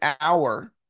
hour